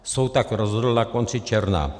Soud tak rozhodl na konci června.